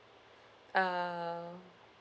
err